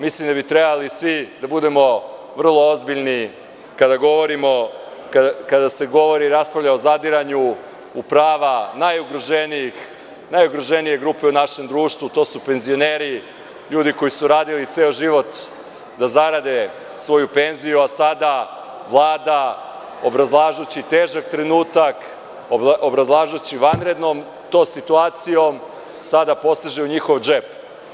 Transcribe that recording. Mislim da bi trebali svi da budemo vrlo ozbiljni kada se govori i raspravlja o zadiranju u prava najugroženije grupe u našem društvu, to su penzioneri, ljudi koji su radili ceo život da zarade svoju penziju, a sada Vlada obrazlažući težak trenutak, obrazlažući vanrednom tom situacijom, sada poseže u njihov džep.